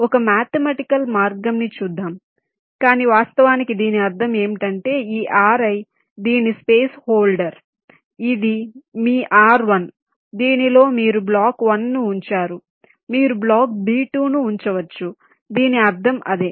ఒక మేథమెటికల్ మార్గం ని చూద్దాం కానీ వాస్తవానికి దీని అర్థం ఏమిటంటే ఈ Ri దీని స్పేస్ హోల్డర్ ఇది మీ R1 దీనిలో మీరు బ్లాక్ 1 ను ఉంచారు మీరు బ్లాక్ B1 ను ఉంచవచ్చు దీని అర్థం అదే